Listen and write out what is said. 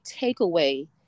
takeaway